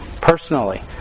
personally